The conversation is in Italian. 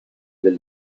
del